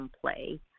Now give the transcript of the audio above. play